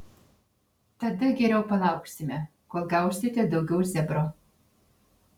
tada geriau palauksime kol gausite daugiau zebro